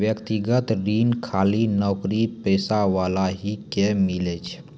व्यक्तिगत ऋण खाली नौकरीपेशा वाला ही के मिलै छै?